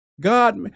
God